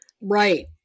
Right